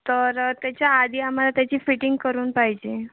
तर त्याच्या आधी आम्हाला त्याची फिटिंग करून पाहिजे